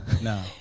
No